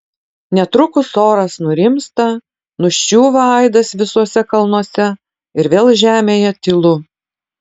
netrukus oras nurimsta nuščiūva aidas visuose kalnuose ir vėl žemėje tylu